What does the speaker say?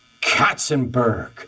Katzenberg